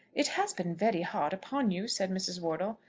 it has been very hard upon you, said mrs. wortle.